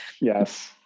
Yes